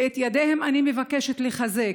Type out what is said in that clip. ואת ידיהם אני מבקשת לחזק.